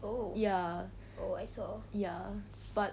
ya ya but